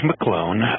McClone